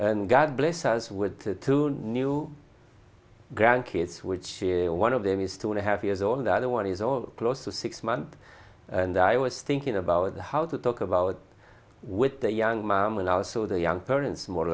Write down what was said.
and god bless us with the new grandkids which one of them is two and a half years on the other one is all close to six months and i was thinking about how to talk about with that young man when i was so the young parents more